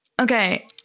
Okay